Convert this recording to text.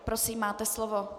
Prosím, máte slovo.